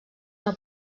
una